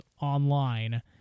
online